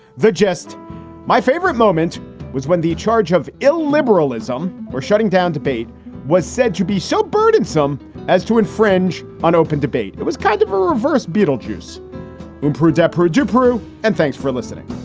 the just my favorite moment was when the charge of illiberalism we're shutting down debate was said to be so burdensome as to infringe on open debate. it was kind of a reverse beetlejuice impro desperate to prove. and thanks for listening